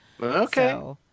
Okay